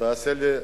תעשה לי רע,